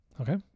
okay